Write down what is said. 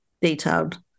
detailed